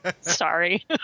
Sorry